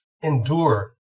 endure